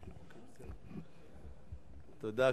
תודה.